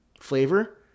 flavor